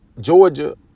Georgia